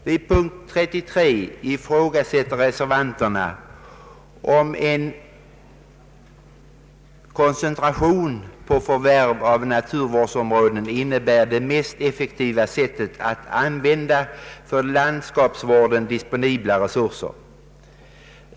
Vid punkten 33 ifrågasätter reservanterna om en koncentration på för värv av naturvårdsområden innebär det mest effektiva sättet att använda för landskapsvården disponibla resurser.